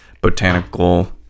botanical